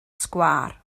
sgwâr